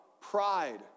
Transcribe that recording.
pride